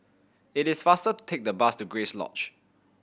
it is faster to take the bus to Grace Lodge